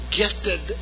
gifted